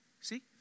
See